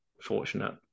fortunate